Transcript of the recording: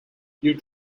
due